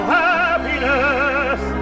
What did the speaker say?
happiness